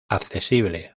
accesible